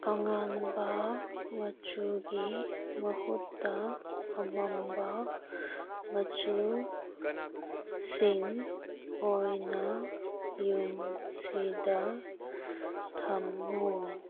ꯑꯉꯥꯟꯕ ꯃꯆꯨꯒꯤ ꯃꯍꯨꯠꯇ ꯑꯃꯝꯕ ꯃꯆꯨꯁꯤꯡ ꯑꯣꯏꯅ ꯌꯨꯝꯁꯤꯗ ꯊꯝꯃꯨ